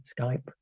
Skype